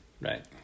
right